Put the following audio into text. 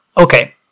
Okay